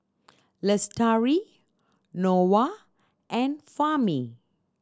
Lestari Noah and Fahmi